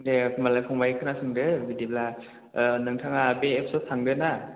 दे होनबालाय फंबाय खोनासंदो बिदिब्ला नोंथाङा बे एप्सआव थांदो ना